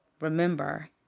Remember